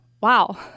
wow